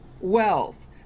Wealth